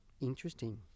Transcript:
interesting